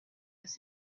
was